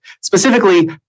Specifically